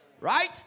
Right